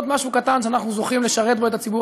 עוד משהו קטן שאנחנו כאן בכנסת זוכים לשרת בו את הציבור